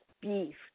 beef